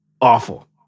Awful